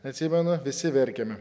atsimenu visi verkėme